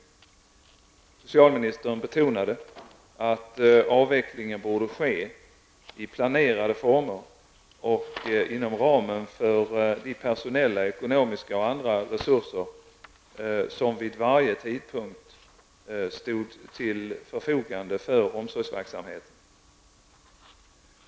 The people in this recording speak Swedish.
Socialministern betonade att avveckling borde ske i planerade former och inom ramen för de personella, ekonomiska och andra resurser som vid varje tidpunkt stod till förfogande för omsorgsverksamheten.